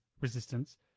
resistance